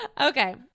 Okay